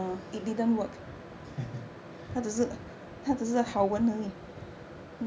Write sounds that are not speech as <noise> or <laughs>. <laughs>